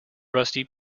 rusty